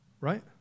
Right